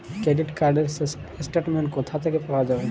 Credit card র statement কোথা থেকে পাওয়া যাবে?